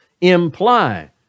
imply